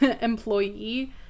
employee